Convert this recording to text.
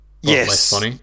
yes